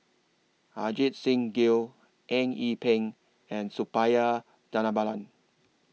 Ajit Singh Gill Eng Yee Peng and Suppiah Dhanabalan